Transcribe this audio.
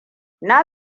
na